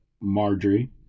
Marjorie